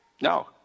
No